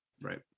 Right